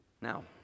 Now